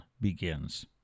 begins